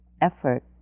effort